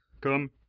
Come